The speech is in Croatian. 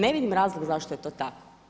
Ne vidim razlog zašto je to tako.